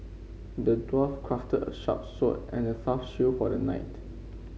the dwarf crafted a sharp sword and a tough shield for the knight